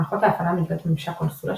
מערכות ההפעלה מגיעות עם ממשק קונסולה,